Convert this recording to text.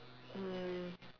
um